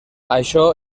això